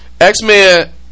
X-Men